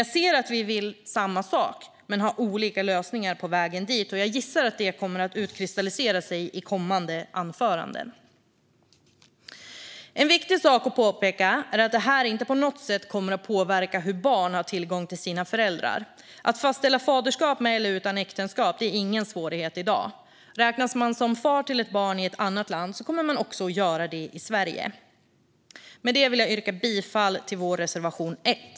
Jag ser dock att vi vill samma sak men har olika lösningar på vägen dit. Jag gissar att detta kommer att utkristallisera sig i kommande anföranden. En viktig sak att påpeka är att detta inte på något sätt kommer att påverka hur barn har tillgång till sina föräldrar. Att fastställa faderskap med eller utan äktenskap är ingen svårighet i dag. Räknas man som far till ett barn i ett annat land kommer man också att göra det i Sverige. Med detta vill jag yrka bifall till vår reservation 1.